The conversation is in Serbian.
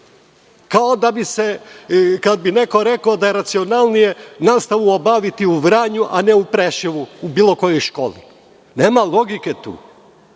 Kao kada bi neko rekao da je racionalnije nastavu obaviti u Vranju, a ne u Preševu, u bilo kojoj školi. Nema logike tu. Sa